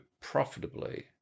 profitably